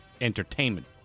entertainment